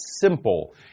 simple